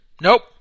nope